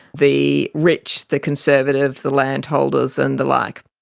the rich the conservative, the landholders and the like.